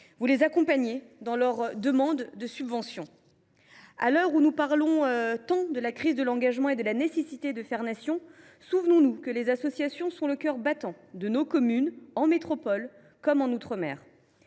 vous les accompagnez dans leurs demandes de subventions. À l’heure où nous parlons tant de la crise de l’engagement et de la nécessité de faire Nation, souvenons nous que les associations sont le cœur battant de nos communes, en métropole comme en outre mer.